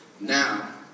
Now